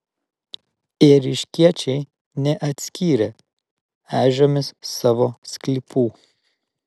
ėriškiečiai neatskyrė ežiomis savo sklypų